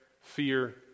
fear